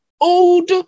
old